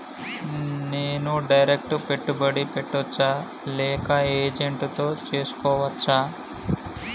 నేను డైరెక్ట్ పెట్టుబడి పెట్టచ్చా లేక ఏజెంట్ తో చేస్కోవచ్చా?